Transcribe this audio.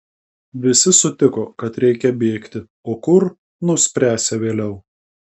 visi sutiko kad reikia bėgti o kur nuspręsią vėliau